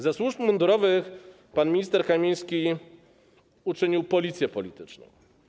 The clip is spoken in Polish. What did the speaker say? Ze służb mundurowych pan minister Kamiński uczynił policję polityczną.